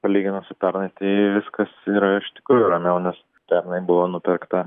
palyginus operatyviai viskas yra iš tikrųjų ramiau nes pernai buvo nupirkta